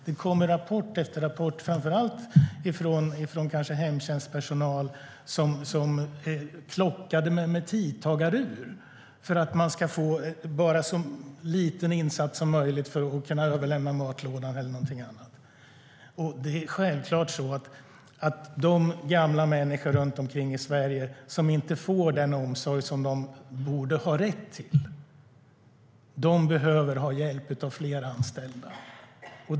Det kommer rapport efter rapport, kanske framför allt från hemtjänstpersonal som är klockade med tidtagarur för att det ska vara en så liten insats som möjligt att överlämna matlåda eller något annat. Det är självklart att gamla människor runt omkring i Sverige som inte får den omsorg de borde ha rätt till behöver hjälp av fler anställda.